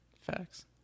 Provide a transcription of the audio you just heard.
facts